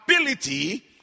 ability